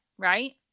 Right